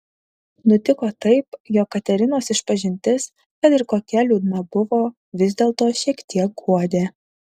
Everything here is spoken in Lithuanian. nutiko taip jog katerinos išpažintis kad ir kokia liūdna buvo vis dėlto šiek tiek guodė